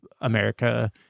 America